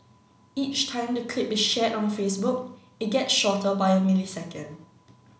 each time the clip is shared on Facebook it gets shorter by a millisecond